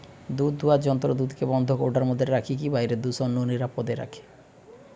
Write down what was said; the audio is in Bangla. দুধদুয়ার যন্ত্র দুধকে বন্ধ কৌটার মধ্যে রখিকি বাইরের দূষণ নু নিরাপদ রখে